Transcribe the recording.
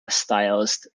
stylized